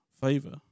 favor